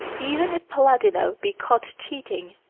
even if palladino be caught cheating,